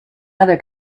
other